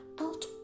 out